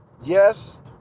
yes